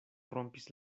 rompis